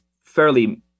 fairly